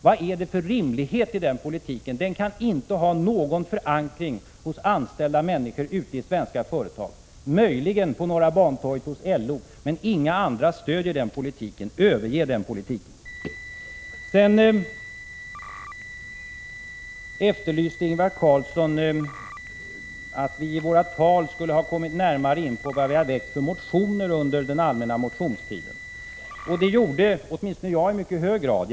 Vad finns det för rimlighet i denna politik? Den kan inte ha någon förankring hos de anställda ute i svenska företag. Möjligen kan den ha en förankring på Norra Bantorget hos LO, men inga andra stöder denna politik. Överge denna politik! Sedan vill Ingvar Carlsson att vi i våra tal närmare skulle komma in på vilka motioner vi har väckt under den allmänna motionstiden. Det gjorde åtminstone jag i mycket hög grad.